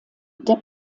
der